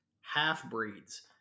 half-breeds